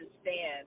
understand